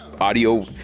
audio